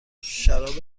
شراب